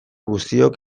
guztiok